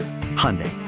Hyundai